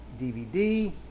DVD